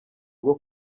rwo